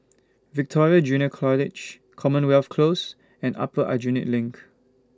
Victoria Junior College Commonwealth Close and Upper Aljunied LINK